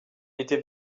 était